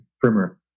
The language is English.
primer